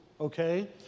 okay